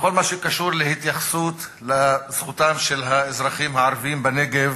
בכל מה שקשור להתייחסות לזכותם של האזרחים הערבים בנגב